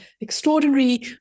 extraordinary